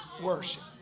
worship